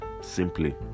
simply